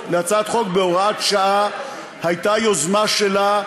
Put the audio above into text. להצעת חוק בהוראת שעה הייתה יוזמה שלה,